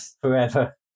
forever